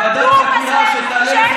ועדת חקירה שתגיע לחקר האמת,